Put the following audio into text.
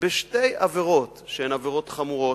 בשתי עבירות שהן עבירות חמורות,